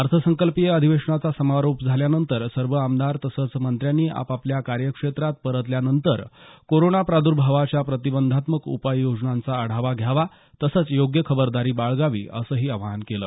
अर्थसंकल्पीय अधिवेशनाचा समारोप झाल्यानंतर सर्व आमदार तसंच मंत्र्यांनी आपापल्या कार्यक्षेत्रात परतल्यानंतर कोरोना प्रादुर्भावाच्या प्रतिबंधात्मक उपाययोजनांचा आढावा घ्यावा तसंच योग्य खबरदारी बाळगावी असं आवाहन केलं